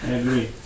agree